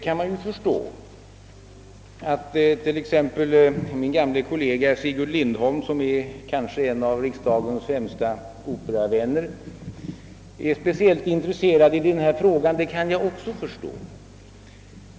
Man kan förstå att t.ex. min gamle kollega Sigurd Lindholm, som kanske är en av riksdagens främsta operavänner, är speciellt intresserad av denna fråga.